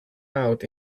out